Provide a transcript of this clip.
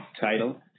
title